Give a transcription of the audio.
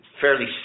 fairly